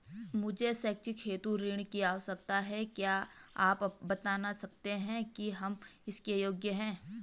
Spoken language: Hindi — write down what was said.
मुझे शैक्षिक हेतु ऋण की आवश्यकता है क्या आप बताना सकते हैं कि हम इसके योग्य हैं?